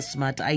Smart